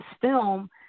film